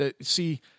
see